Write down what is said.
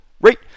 right